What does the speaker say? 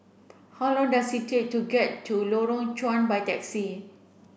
how long does it take to get to Lorong Chuan by taxi